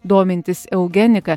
domintis eugenika